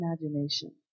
imagination